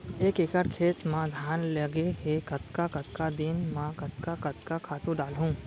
एक एकड़ खेत म धान लगे हे कतका कतका दिन म कतका कतका खातू डालहुँ?